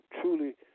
truly